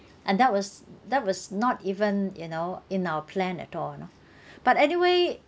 and that was that was not even you know in our plan at all you know but anyway